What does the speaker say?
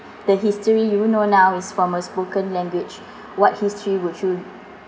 the history you know now is from a spoken language what history would you